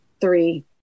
three